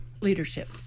leadership